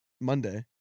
Monday